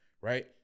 Right